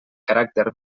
caràcter